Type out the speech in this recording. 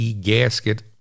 gasket